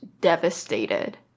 devastated